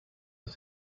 was